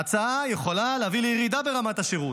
ההצעה יכולה להביא לירידה ברמת השירות,